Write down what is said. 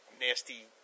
nasty